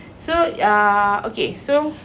so ya okay so